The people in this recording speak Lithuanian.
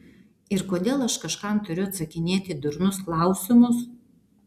ir kodėl aš kažkam turiu atsakinėti į durnus klausimus